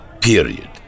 period